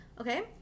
okay